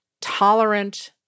tolerant